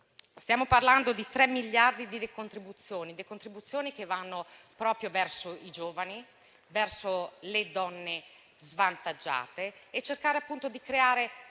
Stiamo parlando di 3 miliardi di decontribuzioni che vanno proprio verso i giovani e le donne svantaggiate. Occorre creare